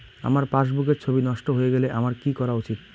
আমার পাসবুকের ছবি নষ্ট হয়ে গেলে আমার কী করা উচিৎ?